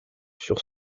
sur